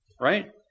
Right